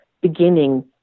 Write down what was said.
beginning